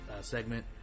segment